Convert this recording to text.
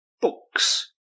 Books